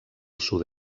sud